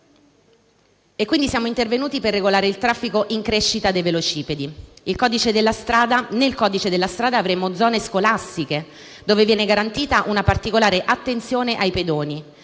e quindi siamo intervenuti per regolare il traffico in crescita dei velocipedi. Nel codice della strada avremo zone scolastiche dove viene garantita una particolare attenzione ai pedoni